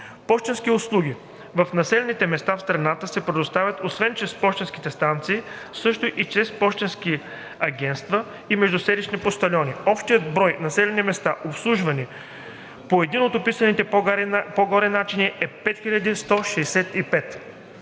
Пощенски услуги в населените места в страната се предоставят освен чрез пощенски станции също и чрез пощенски агентства и междуселищни пощальони. Общият брой населени места, обслужвани по един от описаните по-горе начини, е 5165.